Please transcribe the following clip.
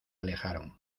alejaron